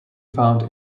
found